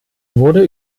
wurde